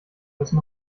müssen